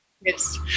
Yes